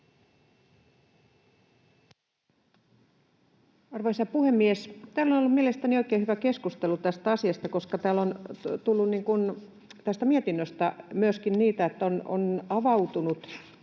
Arvoisa puhemies! Täällä on ollut mielestäni oikein hyvä keskustelu tästä asiasta, koska täällä on tästä mietinnöstä myöskin avautunut